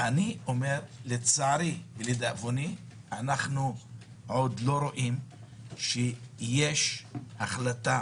לצערי ולדאבוני אנחנו עוד לא רואים שיש החלטה